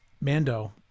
Mando